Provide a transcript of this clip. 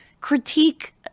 critique